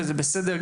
וזה בסדר,